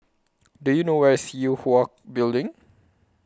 Do YOU know Where IS Yue Hwa Building